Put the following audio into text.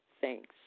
Thanks